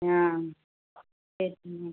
ആ ശരി ഉം